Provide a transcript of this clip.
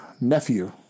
nephew